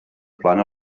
plana